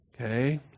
okay